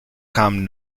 kamen